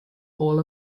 hall